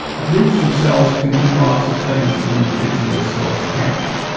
groups of cells can do lots of things that individual cells can't do,